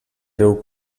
riu